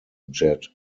jet